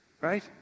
right